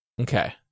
Okay